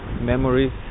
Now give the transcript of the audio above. memories